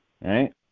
Right